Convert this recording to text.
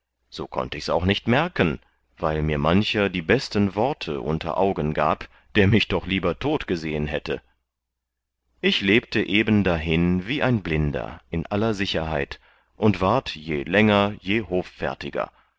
so konnte ichs auch nicht merken weil mir mancher die besten worte unter augen gab der mich doch lieber tot gesehen hätte ich lebte eben dahin wie ein blinder in aller sicherheit und ward je länger je hoffärtiger